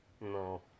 No